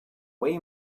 way